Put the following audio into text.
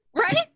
Right